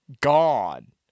gone